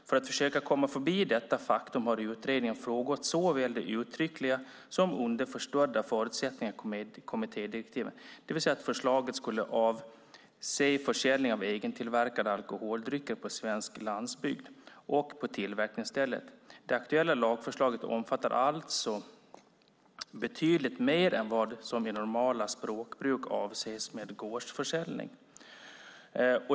För att försöka komma förbi detta faktum har utredningen frångått såväl de uttryckliga som underförstådda förutsättningarna i kommittédirektivet dvs. att förslaget skulle avse försäljning av egentillverkade alkoholdrycker på svensk landsbygd och på tillverkningsstället. Det aktuella lagförslaget omfattar alltså betydligt mer än vad som i normalt språkbruk avses med gårdsförsäljning."